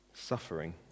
Suffering